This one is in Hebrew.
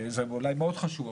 זה אולי מאוד חשוב,